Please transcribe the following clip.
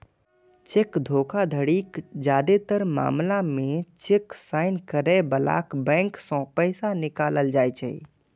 cheque धोखाधड़ीक जादेतर मामला मे चेक साइन करै बलाक बैंक सं पैसा निकालल जाइ छै